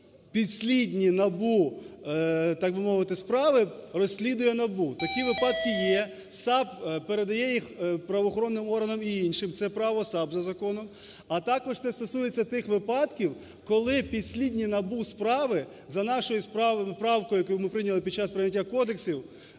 підслідні НАБУ, так би мовити, справи розслідує НАБУ. Такі випадки є. САП передає їх правоохоронним органам і іншим, це права САП за законом. А також це стосується тих випадків, коли підслідні НАБУ справи за нашою правкою, яку ми прийняли під час прийняття кодексів,